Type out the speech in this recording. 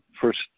First